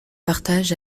partage